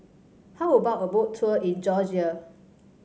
how about a Boat Tour in Georgia